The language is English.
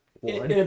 One